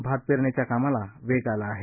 भात पेरणीच्या कामाला वेग आला आहे